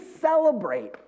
celebrate